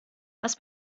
was